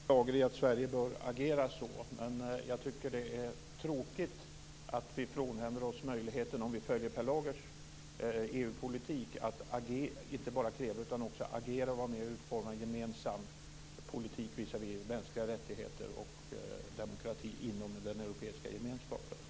Fru talman! Jag instämmer med Per Lager i att Sverige bör agera så. Men jag tycker att det är tråkigt att vi frånhändar oss möjligheten, om vi följer Per Lagers EU-politik, att inte bara kräva utan också agera och vara med om att utforma en gemensam politik visavi mänskliga rättigheter och demokrati inom den europeiska gemenskapen.